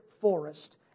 forest